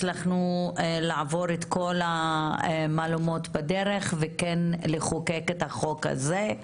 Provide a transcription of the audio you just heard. הצלחנו לעבור את כל המהלומות בדרך וכן לחוקק את החוק הזה.